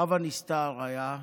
רב הנסתר היה,